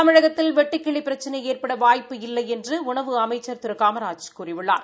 தமிழகத்தில் வெட்டுக்கிளி பிரச்சினை ஏற்பட வாய்ப்பு இல்லை என்று உணவு அமைச்சா் திரு காமராஜ் கூறியுள்ளார்